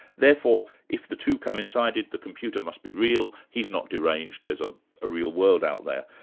therefore, if the two coincided the computer must be real, he's not deranged, there's a ah real world out there.